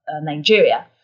Nigeria